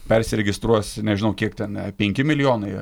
persiregistruos nežinau kiek ten penki milijonai